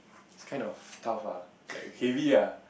it's kind of tough ah like heavy ah